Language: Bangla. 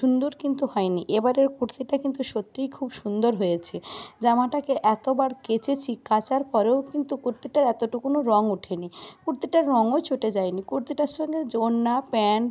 সুন্দর কিন্তু হয় নি এবারের কুর্তিটা কিন্তু সত্যিই খুব সুন্দর হয়েছে জামাটাকে এতবার কেচেছি কাচার পরেও কিন্তু কুর্তিটার এতটুকুনও রঙ ওঠে নি কুর্তিটার রঙও চটে যায় নি কুর্তিটার সঙ্গে যে ওড়না প্যান্ট